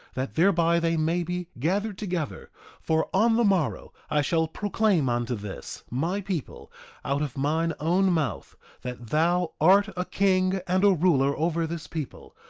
that thereby they may be gathered together for on the morrow i shall proclaim unto this my people out of mine own mouth that thou art a king and a ruler over this people,